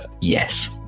Yes